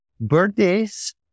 birthdays